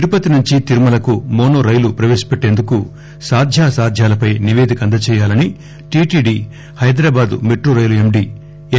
తిరుపతి నుంచి తిరుమలకు mono rail ప్రపేశపెట్టేందుకు సాధ్యాసాధ్యాలపై నిపేదిక అందజేయాలని TTD Hyderabad metro rail MD yes